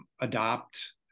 adopt